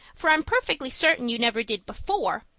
for i'm perfectly certain you never did before.